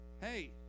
Hey